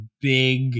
big